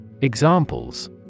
Examples